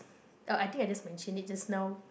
oh I think I just mention it just now